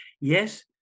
yes